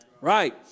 Right